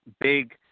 big